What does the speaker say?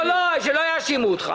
לא, לא, שלא יאשימו אותך.